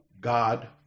God